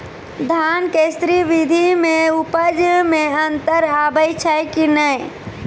धान के स्री विधि मे उपज मे अन्तर आबै छै कि नैय?